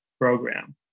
program